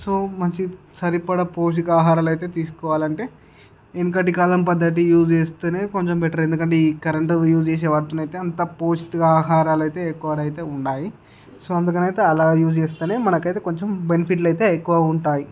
so మనిషికి సరిపడ పోషకాహారాలు అయితే తీసుకోవాలంటే వెనుకటి కాలం పద్ధతి యూస్ చేస్తే కొంచెం బెటర్ ఎందుకంటే ఈ కరెంట్ యూస్ చేసేవాటికి అయితే అంత పోషకాహారాలు అయితే ఎక్కువ అయితే ఉన్నాయి సో అందుకని అయితే అలా యూస్ చేస్తే మనకైతే కొంచెం బెనిఫిట్ అయితే ఎక్కువ ఉంటాయి